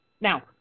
Now